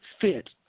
fit